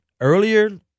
earlier